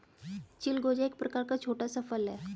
चिलगोजा एक प्रकार का छोटा सा फल है